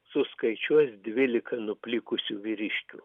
suskaičiuos dvylika nuplikusių vyriškių